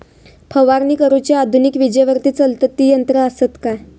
फवारणी करुची आधुनिक विजेवरती चलतत ती यंत्रा आसत काय?